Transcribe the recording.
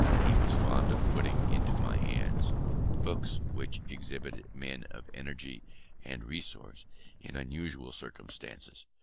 he was fond of putting into my hands books which exhibited men of energy and resource in unusual circumstances,